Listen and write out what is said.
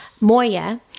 Moya